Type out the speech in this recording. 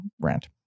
rant